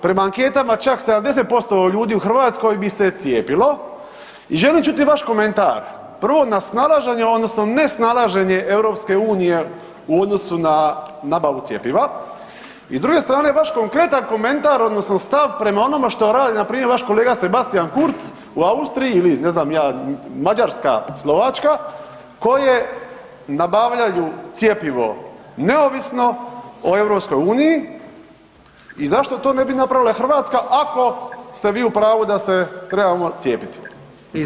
Prema anketama čak 70% ljudi u Hrvatskoj bi se cijepilo i želim čuti vaš komentar, prvo na snalaženje odnosno nesnalaženje EU u odnosu na nabavu cjepiva i s druge strane vaš konkretan komentar odnosno stav prema onome što radi npr. vaš kolega Sebastian Kurz u Austriji ili ne znam ni ja Mađarska, Slovačka koje nabavljaju cjepivo neovisno o EU i zašto to ne bi napravila Hrvatska ako ste vi u pravu da se trebamo cijepiti.